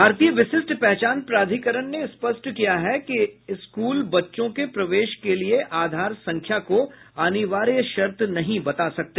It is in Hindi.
भारतीय विशिष्ट पहचान प्राधिकरण ने स्पष्ट किया है कि स्कूल बच्चों के प्रवेश के लिए आधार संख्या को अनिवार्य शर्त नहीं बना सकते